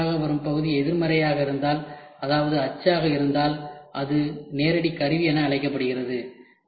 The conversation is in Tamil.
இதன் விளைவாக வரும் பகுதி எதிர்மறையாக இருந்தால் அதாவது அச்சாக இருந்தால் அது நேரடி கருவி என அழைக்கப்படுகிறது